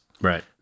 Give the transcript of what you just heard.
Right